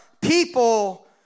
people